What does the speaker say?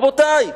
רבותי,